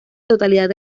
totalidad